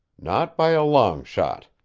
not by a long shot.